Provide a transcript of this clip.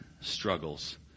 struggles